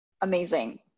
amazing